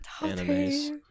Animes